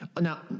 Now